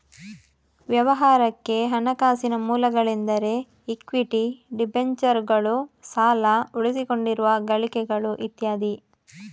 ವ್ಯವಹಾರಕ್ಕೆ ಹಣಕಾಸಿನ ಮೂಲಗಳೆಂದರೆ ಇಕ್ವಿಟಿ, ಡಿಬೆಂಚರುಗಳು, ಸಾಲ, ಉಳಿಸಿಕೊಂಡಿರುವ ಗಳಿಕೆಗಳು ಇತ್ಯಾದಿ